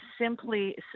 simply